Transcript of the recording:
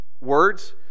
words